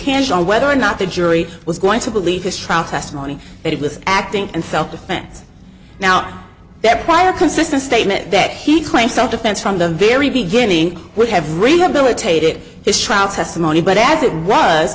hinges on whether or not the jury was going to believe his trial testimony that it was acting in self defense now that prior consistent statement that he claimed self defense from the very beginning would have rehabilitated his trial testimony but as it was